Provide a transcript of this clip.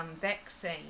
vaccine